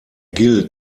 gilt